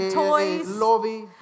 toys